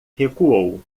recuou